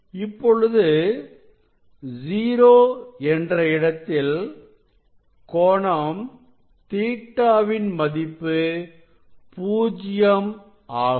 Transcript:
இப்பொழுது 0 என்ற இடத்தில் கோணம் Ɵ வின் மதிப்பு பூஜ்யம் ஆகும்